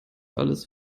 alles